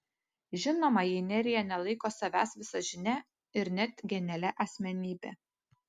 žinoma jei nerija nelaiko savęs visažine ir net genialia asmenybe